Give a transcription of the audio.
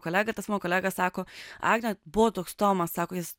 kolega tas mano kolega sako agne buvo toks tomas sako jis